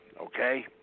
okay